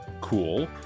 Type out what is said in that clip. cool